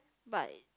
but I